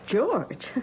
George